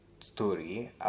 story